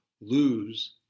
lose